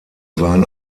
waren